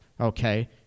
okay